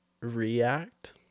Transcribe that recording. react